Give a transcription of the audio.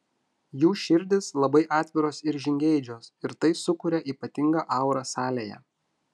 jų širdys labai atviros ir žingeidžios ir tai sukuria ypatingą aurą salėje